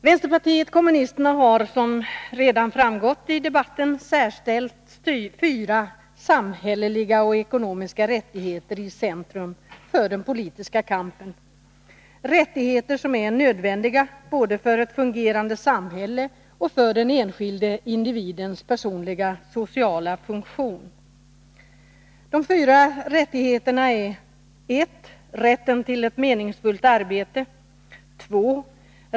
Vänsterpartiet kommunisterna har, som redan framgått i debatten, ställt fyra samhälleliga och ekonomiska rättigheter i centrum för den politiska kampen, rättigheter som är nödvändiga både för ett fungerande samhälle och för den enskilde individens personliga sociala funktion. De fyra rättigheterna är: 2.